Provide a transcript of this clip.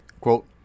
quote